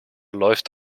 läuft